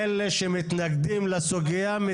אני